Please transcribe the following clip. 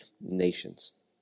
nations